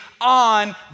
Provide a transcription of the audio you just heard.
on